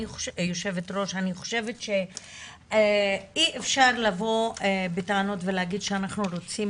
אני חושבת שאי אפשר לבוא בטענות ולהגיד שאנחנו רוצים